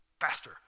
faster